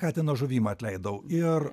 katino žuvimą atleidau ir